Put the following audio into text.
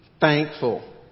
thankful